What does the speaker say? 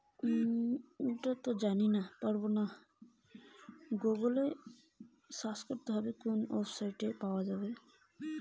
চাষের যন্ত্রপাতির তথ্য কোন ওয়েবসাইট সাইটে পাব?